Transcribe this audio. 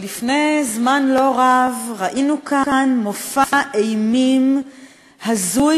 לפני זמן לא רב ראינו כאן מופע אימים הזוי